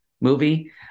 movie